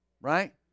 Right